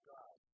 God